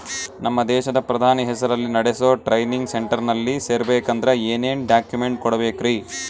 ನಮ್ಮ ದೇಶದ ಪ್ರಧಾನಿ ಹೆಸರಲ್ಲಿ ನೆಡಸೋ ಟ್ರೈನಿಂಗ್ ಸೆಂಟರ್ನಲ್ಲಿ ಸೇರ್ಬೇಕಂದ್ರ ಏನೇನ್ ಡಾಕ್ಯುಮೆಂಟ್ ಕೊಡಬೇಕ್ರಿ?